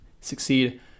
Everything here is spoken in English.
succeed